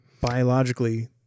biologically